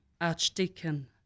Archdeacon